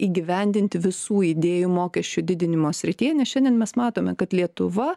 įgyvendinti visų idėjų mokesčių didinimo srityje nes šiandien mes matome kad lietuva